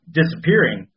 disappearing